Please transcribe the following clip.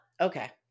Okay